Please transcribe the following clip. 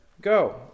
Go